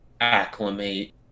acclimate